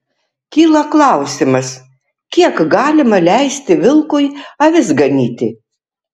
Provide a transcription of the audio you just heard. kyla klausimas kiek galima leisti vilkui avis ganyti